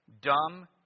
Dumb